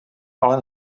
ale